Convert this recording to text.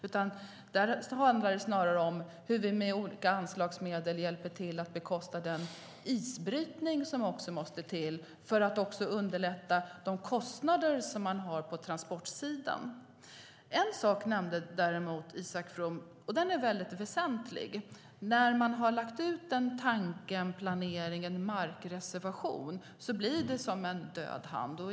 Där handlar det snarare om hur vi med olika anslagsmedel kan hjälpa till att bekosta den isbrytning som måste till för att minska kostnaderna på transportsidan. Isak From nämnde något som är väldigt väsentligt. När man har lagt ut en planering och en markreservation blir det som en död hand.